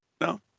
No